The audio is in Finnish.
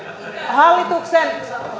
hallituksen